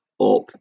up